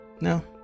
No